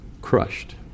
crushed